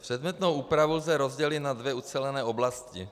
Předmětnou úpravu lze rozdělit na dvě ucelené oblasti.